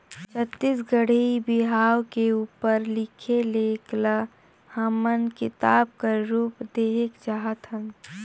छत्तीसगढ़ी बिहाव के उपर लिखे लेख ल हमन किताब कर रूप देहेक चाहत हन